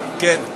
קודם כול,